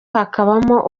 hakabamo